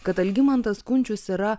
kad algimantas kunčius yra